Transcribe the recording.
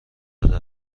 کرده